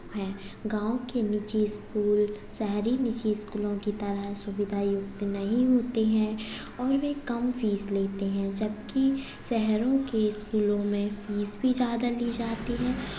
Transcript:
है गांव के निजी स्कूल शहरी निजी स्कूलों की तरह सुविधा युक्त नहीं होतीं हैं और वे कम फीस लेते हैं जबकि शहरों के स्कूलों में फीस भी ज़्यादा ली जाती है